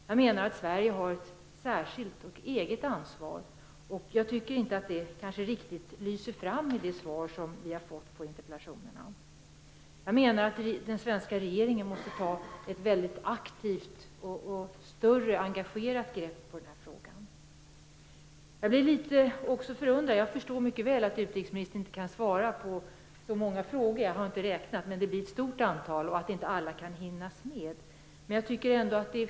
Jag menar att Sverige har ett särskilt och ett eget ansvar. Kanske lyser det inte riktigt fram i svaret på interpellationerna. Den svenska regeringen måste, menar jag, ta ett aktivt samt ett större och ett mera engagerat grepp om frågan. Jag förstår mycket väl att utrikesministern inte kan svara på så många frågor som här föreligger. Jag har inte räknat dem, men jag vet att det är fråga om ett stort antal. Det är förståeligt att inte alla kan hinnas med.